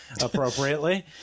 appropriately